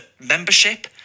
membership